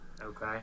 Okay